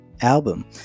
album